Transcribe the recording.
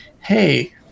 hey